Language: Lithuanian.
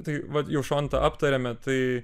tai vat jau šontą aptarėme tai